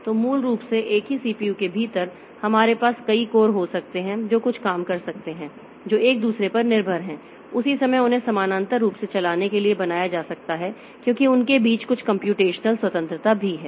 तो मूल रूप से एक ही सीपीयू के भीतर हमारे पास कई कोर हो सकते हैं जो कुछ काम कर सकते हैं जो एक दूसरे पर निर्भर हैं उसी समय उन्हें समानांतर रूप से चलाने के लिए बनाया जा सकता है क्योंकि उनके बीच कुछ कम्प्यूटेशनल स्वतंत्रता भी है